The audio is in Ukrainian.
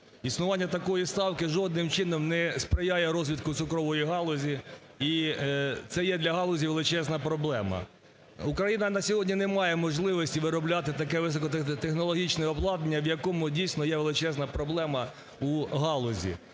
Існування також ставки жодним чином не сприяє розвитку цукрової галузі, і це є для галузі величезна проблема. Україна на сьогодні не має можливості виробляти таке високотехнологічне обладнання, в якому, дійсно, є величезна проблема у галузі.